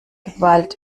gewalt